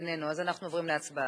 איננו, אז אנחנו עוברים להצבעה.